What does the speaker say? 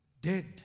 dead